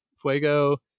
Fuego